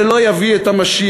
זה לא יביא את המשיח,